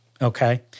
Okay